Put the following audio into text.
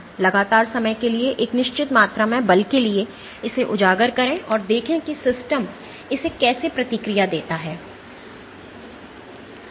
लगातार समय के लिए एक निश्चित मात्रा में बल के लिए इसे उजागर करें और देखें कि सिस्टम इसे कैसे प्रतिक्रिया देता है